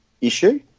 issue